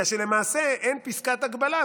כיוון שלמעשה אין פסקת הגבלה,